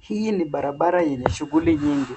Hii ni barabara yenye shughuli nyingi.